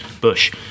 Bush